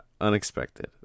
unexpected